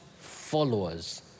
followers